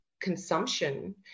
consumption